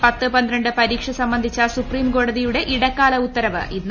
E പത്ത് പന്ത്രണ്ട് പരീക്ഷ സംബന്ധിച്ച സൂപ്രീംകോടതിയുടെ ഇടക്കാല ഉത്തവ് ഇന്ന്